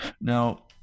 Now